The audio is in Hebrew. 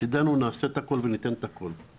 מצדנו נעשה את הכול וניתן את הכול.